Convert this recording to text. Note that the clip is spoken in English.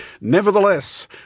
Nevertheless